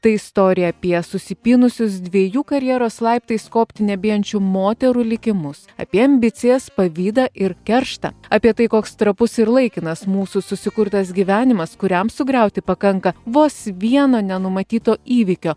tai istorija apie susipynusius dviejų karjeros laiptais kopti nebijančių moterų likimus apie ambicijas pavydą ir kerštą apie tai koks trapus ir laikinas mūsų susikurtas gyvenimas kuriam sugriauti pakanka vos vieno nenumatyto įvykio